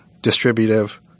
distributive